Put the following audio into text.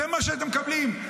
זה מה שהייתם מקבלים.